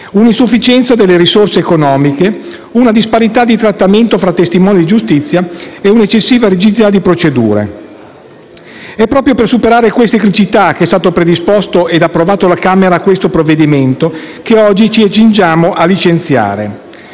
un'insufficienza delle risorse economiche e in una disparità di trattamento tra testimoni di giustizia e, infine, in un'eccessiva rigidità delle procedure. Proprio per superare queste criticità che è stato predisposto e approvato alla Camera questo provvedimento, che oggi ci accingiamo a licenziare.